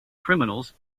criminals